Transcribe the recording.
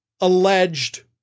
alleged